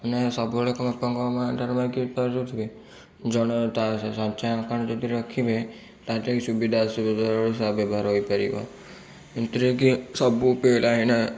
ମାନେ ସବୁବେଳେ କ'ଣ ବାପା ମା'ଠାରୁ ମାଗିପାରୁଛୁ କି ଜଣେ ତା ସଞ୍ଚୟ ଆକାଉଣ୍ଟ ଯଦି ରଖିବେ ତା'ଲାଗି ସୁବିଧା ଅସୁବିଧାରେ ତାହା ବ୍ୟବହାର ହୋଇପାରିବ ଏମିତିରେ କି ସବୁ ପିଲା ଏଇନା